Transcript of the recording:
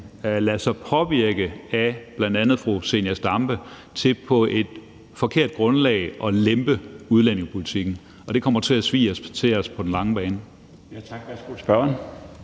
lader sig påvirke af bl.a. fru Zenia Stampe til på et forkert grundlag at lempe udlændingepolitikken. Og det kommer til at svie til os på den lange bane.